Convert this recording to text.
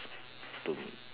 to